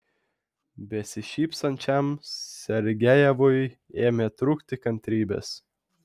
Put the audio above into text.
besišypsančiam sergejevui ėmė trūkti kantrybės